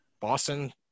Boston